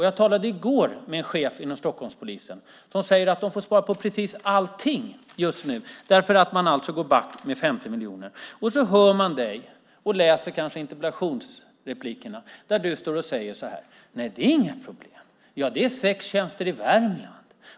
Jag talade i går med en chef inom Stockholmspolisen som sade att de måste spara på precis allting eftersom de går back med 50 miljoner. Sedan hör man dig, Beatrice Ask, säga att det inte är några problem, att det handlar om sex tjänster i Värmland.